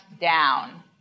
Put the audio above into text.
down